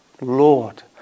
Lord